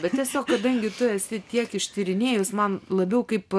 bet tiesiog kadangi tu esi tiek ištyrinėjus man labiau kaip